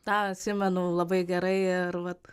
tą atsimenu labai gerai ir vat